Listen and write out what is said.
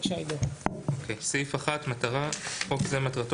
הצעת חוק הוועדה